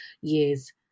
years